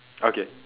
okay